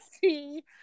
See